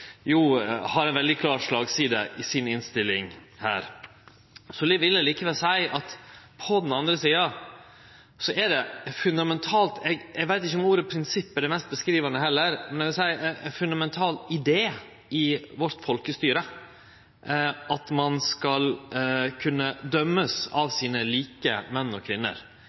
har ei veldig klar slagside i si innstilling her. Så vil eg likevel seie at på den andre sida er det fundamentalt – eg veit ikkje om ordet «prinsipp» er det mest beskrivande heller, men eg vil seie ein fundamental idé – i vårt folkestyre at ein skal kunne dømmast av sine likemenn og